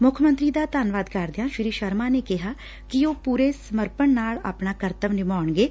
ਮੁੱਖ ਮੰਤਰੀ ਦਾ ਧੰਨਵਾਦ ਕਰਦਿਆਂ ਸ੍ਰੀ ਸ਼ਰਮਾ ਨੇ ਕਿਹਾ ਕਿ ਉਹ ਪੁਰੇ ਸਮਰਪਣ ਨਾਲ ਆਪਣਾ ਕਰੱਤਵ ਨਿਭਾਉਣਗੇ